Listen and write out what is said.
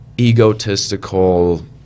egotistical